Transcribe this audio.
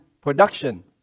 production